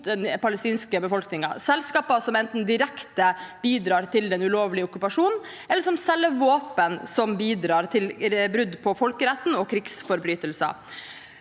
palestinske befolkningen, selskaper som enten direkte bidrar til den ulovlige okkupasjonen, eller som selger våpen som bidrar til brudd på folkeretten og krigsforbrytelser.